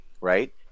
right